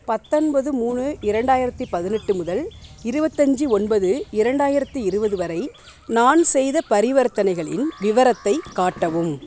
பத்தொன்பது மூணு இரண்டாயிரத்தி பதினெட்டு முதல் இருபத்தஞ்சி ஒன்பது இரண்டாயிரத்தி இருபது வரை நான் செய்த பரிவர்த்தனைகளின் விவரத்தைக் காட்டவும்